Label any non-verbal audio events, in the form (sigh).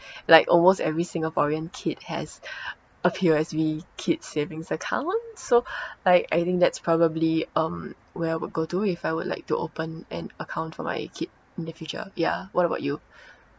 like almost every singaporean kid has (breath) a P_O_S_B kids savings account so (breath) like I think that's probably um where I would go to if I would like to open an account for my kid in the future ya what about you